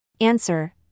Answer